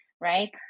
right